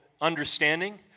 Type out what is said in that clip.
understanding